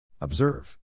Observe